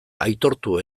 aitortu